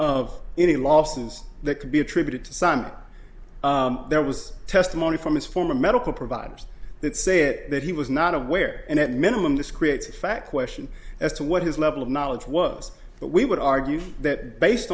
of any losses that could be attributed to sun there was testimony from his former medical providers that said that he was not aware and at minimum this creates a fact question as to what his level of knowledge was but we would argue that based